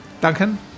Duncan